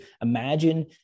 imagine